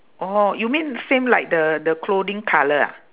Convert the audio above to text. oh you mean same like the the clothing colour ah